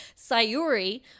Sayuri